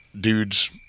dudes